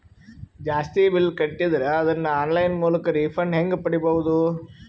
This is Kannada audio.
ಜಾಸ್ತಿ ಬಿಲ್ ಕಟ್ಟಿದರ ಅದನ್ನ ಆನ್ಲೈನ್ ಮೂಲಕ ರಿಫಂಡ ಹೆಂಗ್ ಪಡಿಬಹುದು?